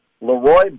Leroy